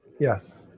Yes